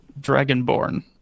dragonborn